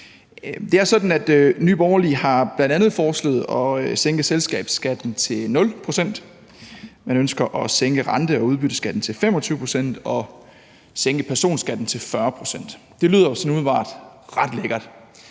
Det er sådan, at Nye Borgerlige bl.a. har foreslået at sænke selskabsskatten til 0 pct., man ønsker at sænke rente- og udbytteskatten til 25 pct. og at sænke personskatten til 40 pct., og det lyder jo sådan umiddelbart ret lækkert.